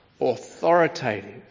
authoritative